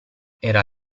era